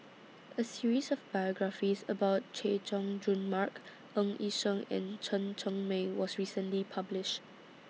A series of biographies about Chay Jung Jun Mark Ng Yi Sheng and Chen Cheng Mei was recently published